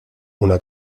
una